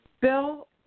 Bill